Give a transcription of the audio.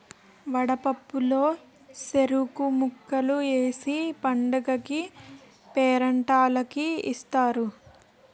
వడపప్పు లోన సెరుకు ముక్కలు ఏసి పండగకీ పేరంటాల్లకి ఇత్తారు